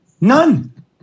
None